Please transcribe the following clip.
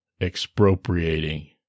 expropriating